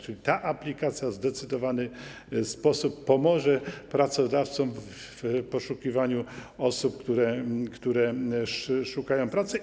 Czyli ta aplikacja w zdecydowany sposób pomoże pracodawcom w poszukiwaniu osób, które szukają pracy.